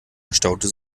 verstaute